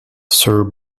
sir